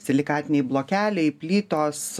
silikatiniai blokeliai plytos